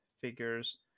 figures